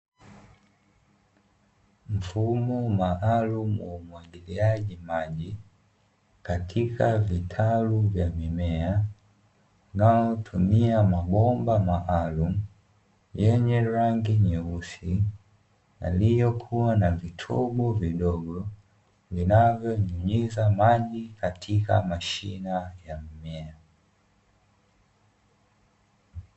Mfumo maalumu wa umwagiliaji maji katika vitalu vya mimea, unaotumia mabomba maalumu yenye rangi nyeusi yaliyokuwa na vitobo vidogo vinavyo ingiza maji katika mashina ya mimea.